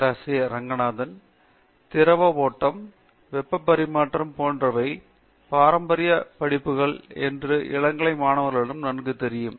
பேராசிரியர் டி ரெங்கநாதன் திரவ ஓட்டம் வெப்ப பரிமாற்றம் போன்றவை பாரம்பரிய படிப்புகள் என்பது இளங்கலை மாணவர்களுக்கு நன்கு தெரியும்